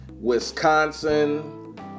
Wisconsin